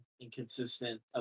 inconsistent